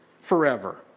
forever